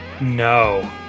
No